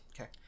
Okay